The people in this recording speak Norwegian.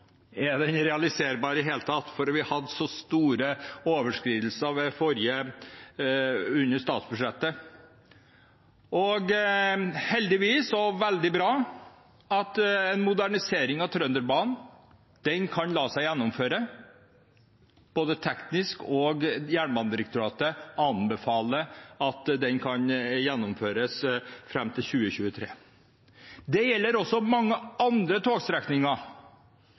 Er den realiserbar i det hele tatt? For vi hadde så store overskridelser i forbindelse med statsbudsjettet. Det er veldig bra at en modernisering av Trønderbanen heldigvis kan la seg gjennomføre teknisk, og at Jernbanedirektoratet anbefaler at den kan gjennomføres innen 2023. Det gjelder også mange andre togstrekninger